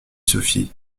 sophie